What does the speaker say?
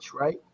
right